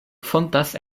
fontas